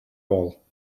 mall